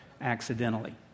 accidentally